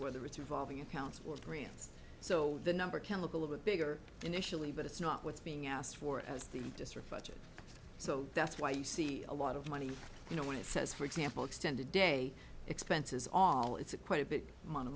whether it's revolving accounts or grants so the number chemical of a bigger initially but it's not what's being asked for as the district budget so that's why you see a lot of money you know when it says for example extended day expenses all it's a quite a bit mo